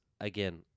again